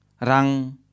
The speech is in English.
rang